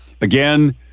Again